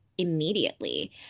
Immediately